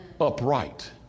upright